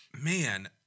Man